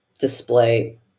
display